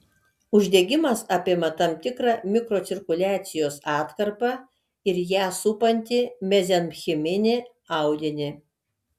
uždegimas apima tam tikrą mikrocirkuliacijos atkarpą ir ją supantį mezenchiminį audinį